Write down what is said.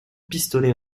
pistolet